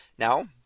Now